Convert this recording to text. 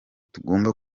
tugomba